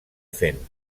fent